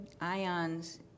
IONS